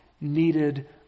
needed